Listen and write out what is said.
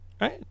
Right